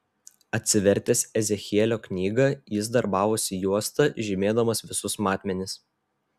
atsivertęs ezechielio knygą jis darbavosi juosta žymėdamas visus matmenis